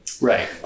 Right